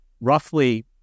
roughly